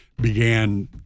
began